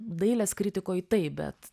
dailės kritikoj taip bet